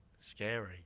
scary